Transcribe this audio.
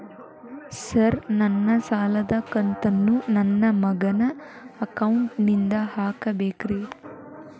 Sir ನನ್ನ ಸಾಲದ ಕಂತನ್ನು ನನ್ನ ಮಗನ ಅಕೌಂಟ್ ನಿಂದ ಹಾಕಬೇಕ್ರಿ?